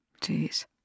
Jeez